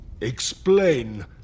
Explain